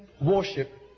warship